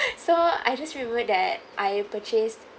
so I just remember that I have purchased